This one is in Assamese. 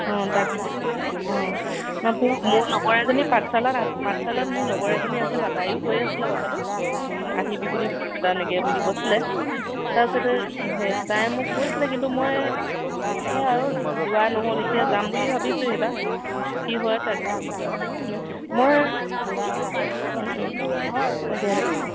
অঁ তাকে তাকে অঁ মোৰ লগৰ এজনী পাঠশালাত আছে পাঠশালাত মোৰ লগৰ এজনী আছে তাইয়ো কৈ আছিলে কথাটো আহিবি বুলি বৰপেটা এনেকৈ বুলি কৈছিলে তাৰপিছতে সেই তাই মোক কৈছিলে কিন্তু মই সেই আৰু যোৱা নহ'ল এতিয়া যাম বুলি ভাবিছো এইবাৰ কি হয় তাকে মই তাকে তাকে